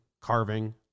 carving